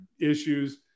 issues